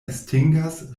estingas